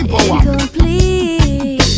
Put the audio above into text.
incomplete